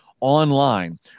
Online